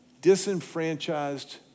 disenfranchised